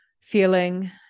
feeling